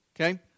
okay